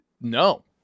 No